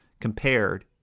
compared